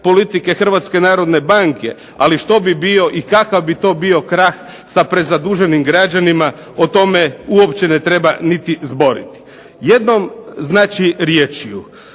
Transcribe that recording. politike HNB-a. Ali što bi bio i kakav bi to bio krah sa prezaduženim građanima o tome uopće ne treba niti zboriti. Jednom znači riječju,